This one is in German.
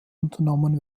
unternommen